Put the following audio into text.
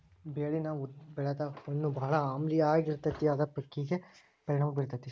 ಬೆಳಿನ ಬೆಳದ ಮಣ್ಣು ಬಾಳ ಆಮ್ಲೇಯ ಆಗಿರತತಿ ಅದ ಪೇಕಿಗೆ ಪರಿಣಾಮಾ ಬೇರತತಿ